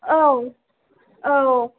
औ औ